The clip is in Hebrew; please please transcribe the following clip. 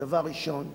דבר ראשון,